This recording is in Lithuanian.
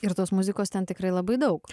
ir tos muzikos ten tikrai labai daug